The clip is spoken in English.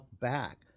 back